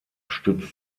stützt